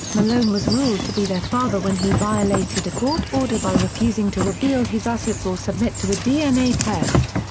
malone was ruled to be their father when he violated a court order by refusing to reveal his assets or submit to a dna test.